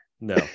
No